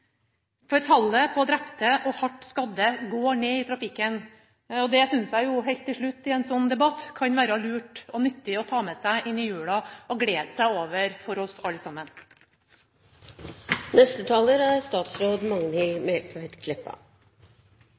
for tallet på drepte og hardt skadde går ned i trafikken. Det synes jeg helt til slutt i en sånn debatt kan være lurt og nyttig for oss alle sammen å ta med seg inn i jula og glede seg over.